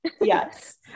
Yes